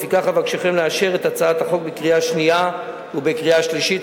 לפיכך אבקשם לאשר אותה בקריאה שנייה ובקריאה שלישית.